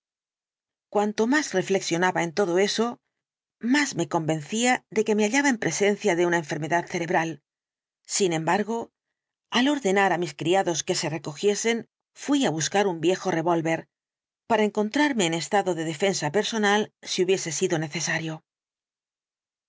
cuanto más reflexionaba en todo eso más el dr jekyll me convencía de que me hallaba en presencia de una enfermedad cerebral sin embargo al ordenar á mis criados que se recogiesen fui á buscar un viejo revolver para encontrarme en estado de defensa personal si hubiese sido necesario